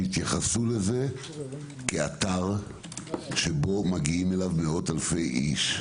שיתייחסו אליו כאתר שמגיעים אליו מאות אלפי אנשים.